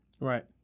Right